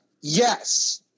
Yes